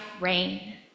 rain